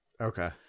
Okay